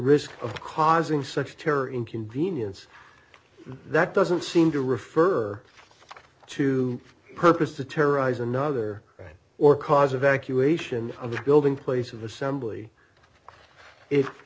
risk of causing such terror inconvenience that doesn't seem to refer to purpose to terrorize another or cause evacuation of the building place of assembly if